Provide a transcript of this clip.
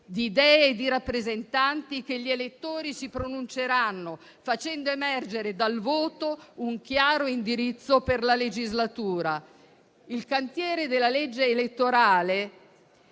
di idee e di rappresentanti che gli elettori si pronunceranno, facendo emergere dal voto un chiaro indirizzo per la legislatura. Il cantiere della legge elettorale